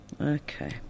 Okay